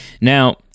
Now